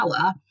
power